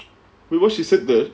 wait what she said that